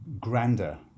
grander